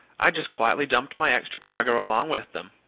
i just quietly dumped my extra cargo along with them.